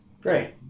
great